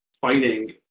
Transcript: fighting